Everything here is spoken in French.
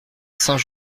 saint